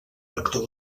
rector